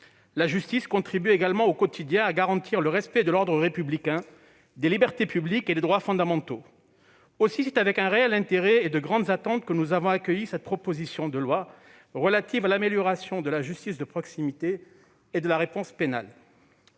Elle contribue également, au quotidien, à garantir le respect de l'ordre républicain, des libertés publiques et des droits fondamentaux. Aussi, c'est avec un réel intérêt et de grandes attentes que nous avons accueilli cette proposition de loi relative à l'amélioration de la justice de proximité et de la réponse pénale.